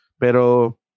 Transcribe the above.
Pero